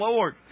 Lord